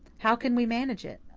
how can we manage it?